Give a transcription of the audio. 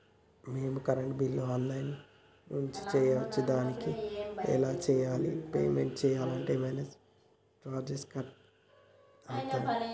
మేము కరెంటు బిల్లును online నుంచి చేయచ్చా? దానికి ఎలా చేయాలి? పేమెంట్ చేయాలంటే ఏమైనా చార్జెస్ కట్ అయితయా?